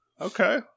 Okay